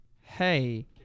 Hey